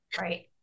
right